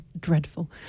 dreadful